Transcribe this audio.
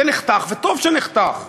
זה נחתך, וטוב שנחתך,